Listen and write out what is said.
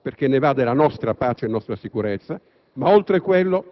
perché ne va della nostra pace e della nostra sicurezza. Oltre quello,